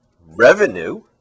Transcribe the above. revenue